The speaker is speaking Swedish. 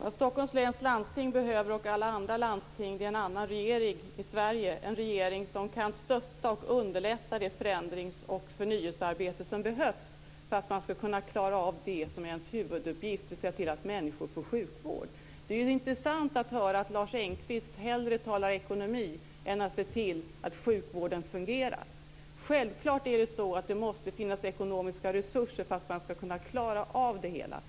Vad Stockholms läns landsting och alla andra landsting behöver är en annan regering i Sverige, en regering som kan stötta och underlätta det förändrings och förnyelsearbete som behövs för att man ska klara av det som är ens huvuduppgift och se till att människor får sjukvård. Det är intressant att höra att Lars Engqvist hellre talar om ekonomi än om att se till att sjukvården fungerar. Självklart måste det finnas ekonomiska resurser för att man ska klara av det hela.